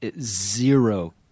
zero